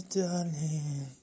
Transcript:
darling